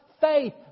Faith